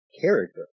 character